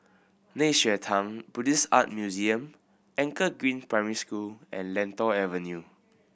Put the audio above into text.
Nei Xue Tang Buddhist Art Museum Anchor Green Primary School and Lentor Avenue